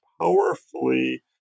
powerfully